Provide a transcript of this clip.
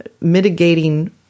mitigating